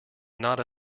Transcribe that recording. not